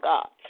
God